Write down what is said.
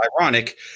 ironic